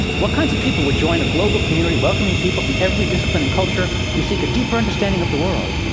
what kinds of people would join a global community. welcoming people from every discipline and culture, who seek a deeper understanding of the world,